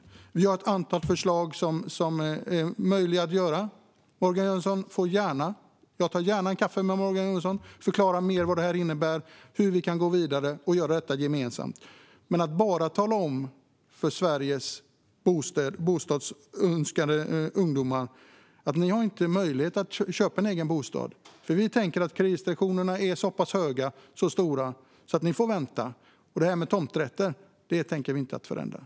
Kristdemokraterna har ett antal förslag som är möjliga att genomföra. Jag tar gärna en kaffe med Morgan Johansson då jag kan förklara mer vad detta innebär och hur vi skulle kunna gå vidare och göra detta gemensamt. Man kan inte bara säga till Sveriges bostadsönskande ungdomar att de inte har någon möjlighet att köpa en egen bostad eftersom kreditrestriktionerna är så pass höga att de måste vänta. Det här med tomträtter tänker man heller inte förändra.